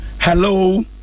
Hello